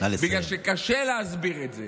בגלל שקשה להסביר את זה,